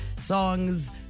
Songs